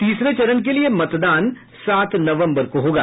तीसरे चरण के लिए मतदान सात नवम्बर को होगा